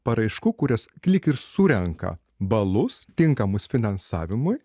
paraiškų kurios lyg ir surenka balus tinkamus finansavimui